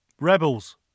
Rebels